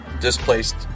displaced